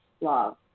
love